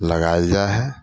लगाओल जाइ हइ